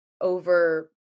over